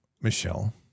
Michelle